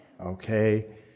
okay